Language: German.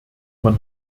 man